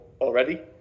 already